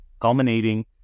culminating